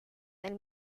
del